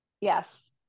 Yes